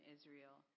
Israel